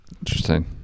Interesting